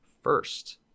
first